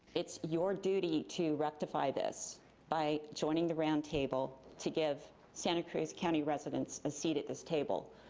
it's your duty to rectify this by joining the roundtable to give santa cruz county residents a seat at this table.